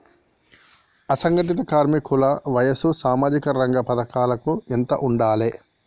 అసంఘటిత కార్మికుల వయసు సామాజిక రంగ పథకాలకు ఎంత ఉండాలే?